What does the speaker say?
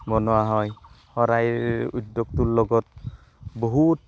বনোৱা হয় শৰাইৰ উদ্যোগটোৰ লগত বহুত